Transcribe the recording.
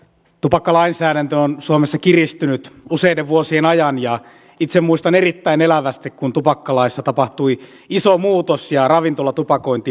tupakkalainsäädäntö on suomessa kiristynyt useiden vuosien ajan ja itse muistan erittäin elävästi kun tupakkalaissa tapahtui iso muutos ja ravintolatupakointi kiellettiin